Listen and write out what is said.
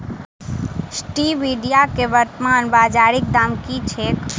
Stevia केँ वर्तमान बाजारीक दाम की छैक?